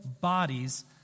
bodies